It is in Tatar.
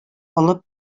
алып